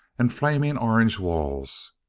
and flaming orange walls.